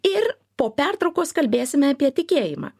ir po pertraukos kalbėsime apie tikėjimą